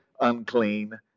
unclean